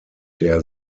der